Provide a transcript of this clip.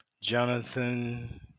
Jonathan